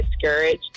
discouraged